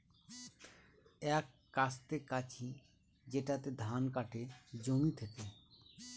এক কাস্তে কাঁচি যেটাতে ধান কাটে জমি থেকে